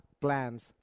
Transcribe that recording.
plans